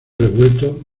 revuelto